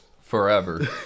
forever